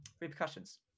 repercussions